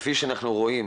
כפי שאנחנו רואים